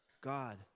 God